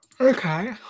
Okay